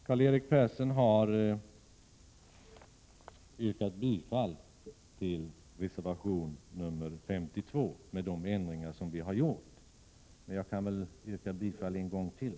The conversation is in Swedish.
Karl-Erik Persson har yrkat bifall till reservation 52 med de ändringar som har gjorts, men jag kan yrka bifall till den ännu en gång.